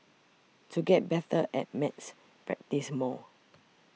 to get better at maths practise more